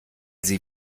sie